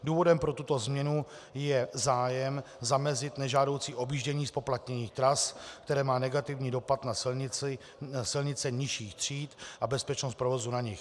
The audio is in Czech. Důvodem pro tuto změnu je zájem zamezit nežádoucí objíždění zpoplatněných tras, které má negativní dopad na silnice nižších tříd a bezpečnost provozu na nich.